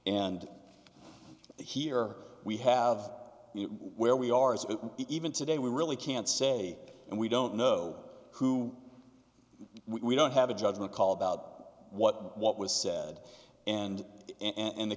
and here we have where we are is it even today we really can't say and we don't know who we don't have a judgment call about what what was said and and the